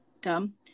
dumb